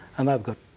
and they've got,